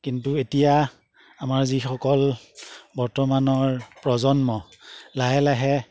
কিন্তু এতিয়া আমাৰ যিসকল বৰ্তমানৰ প্ৰজন্ম লাহে লাহে